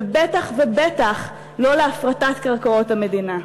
ובטח לא להפרטת קרקעות המדינה.